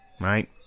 right